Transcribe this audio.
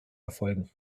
erfolgen